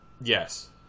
Yes